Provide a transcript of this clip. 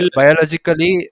biologically